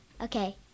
Okay